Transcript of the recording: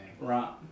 Right